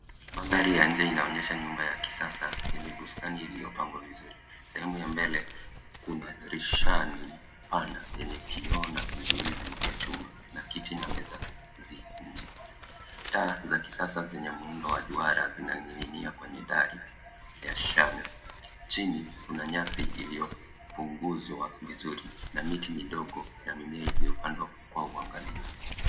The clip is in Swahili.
Madhari ya nje inaonyesha nyumba ya kisasa yenye bustani iliyopangwa vizuri. Sehemu ya mbele kuna rishani pana yenye kioo na vizuizi vya chuma na kiti na meza zi nje. Taa za kisasa zenye muundo wa duara zina ninia kwenye dari ya shani. Chini kuna nyasi iliyopunguza vizuri na miti midogo na mimea iliyopandwa kwa uangalifu.